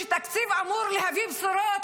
שתקציב אמור להביא בשורות,